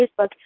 Facebook